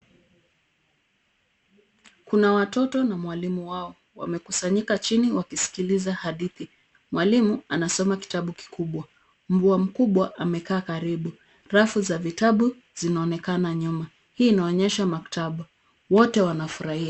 Kuna watoto na mwalimu wao. Wamekusanyika chini wakisikiliza hadithi. Mwalimu anasoma kitabu kikubwa. Mbwa mkubwa amekaa karibu. Rafu za vitabu zinaonekana nyuma. Hii inaonyesha maktaba .Wote wanafurahia.